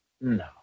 No